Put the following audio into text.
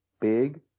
big